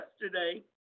yesterday